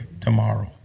tomorrow